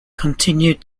continued